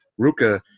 Ruka